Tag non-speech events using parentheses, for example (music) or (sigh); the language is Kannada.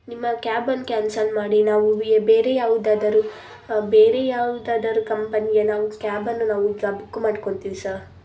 ನಿಮ್ಮ ಕ್ಯಾಬನ್ನು ಕ್ಯಾನ್ಸಲ್ ಮಾಡಿ ನಾವು (unintelligible) ಬೇರೆ ಯಾವುದಾದರು ಬೇರೆ ಯಾವುದಾದರು ಕಂಪೆನಿಯ ನಾವು ಕ್ಯಾಬನ್ನು ನಾವು ಈಗ ಬುಕ್ ಮಾಡ್ಕೋತೀವಿ ಸರ್